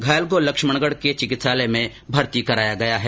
घायल को लक्ष्मणगढ के चिकित्सालय में भर्ती कराया गया है